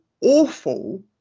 awful